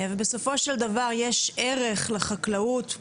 בסופו של דבר יש ערך לחקלאות.